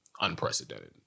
unprecedented